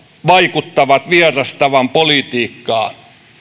vaikuttavat vierastavan politiikkaa